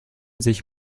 sich